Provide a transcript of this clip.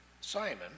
Simon